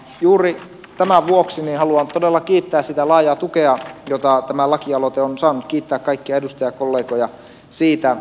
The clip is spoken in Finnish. juuri tämän vuoksi haluan todella kiittää sitä laajaa tukea jota tämä lakialoite on saanut kiittää kaikkia edustajakollegoja siitä